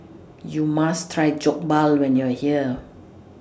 YOU must Try Jokbal when YOU Are here